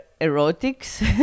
erotics